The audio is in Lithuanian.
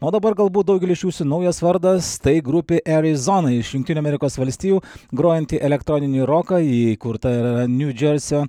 o dabar galbūt daugeliui iš jūsų naujas vardas tai grupė erizona iš jungtinių amerikos valstijų grojanti elektroninį roką ji įkurta niu džersio